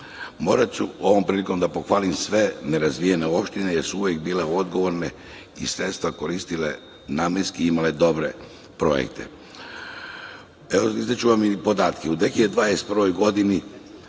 Moraću ovom prilikom da pohvalim sve nerazvijene opštine jer su uvek bile odgovorne i sredstva koristile namenski i imale dobre projekte. Izneću vam i podatke. U 2021. godini